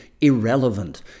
irrelevant